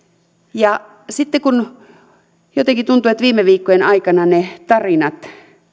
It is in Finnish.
sitten jotenkin tuntuu että viime viikkojen aikana ne tarinat